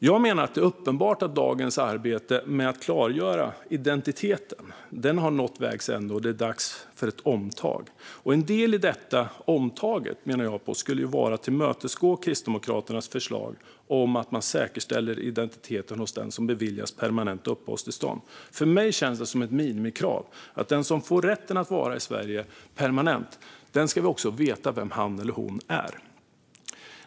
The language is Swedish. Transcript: Jag menar att det är uppenbart att dagens arbete med att klargöra identitet har nått vägs ände och att det är dags för ett omtag. En del i detta omtag vore att tillmötesgå Kristdemokraternas förslag att säkerställa identiteten hos den som beviljas permanent uppehållstillstånd. För mig känns det som ett minimikrav att vi ska veta vem den som får rätt att vara i Sverige permanent är.